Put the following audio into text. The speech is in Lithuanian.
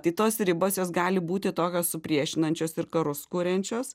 tai tos ribos jos gali būti tokios supriešinančios ir karus kuriančios